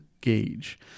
gauge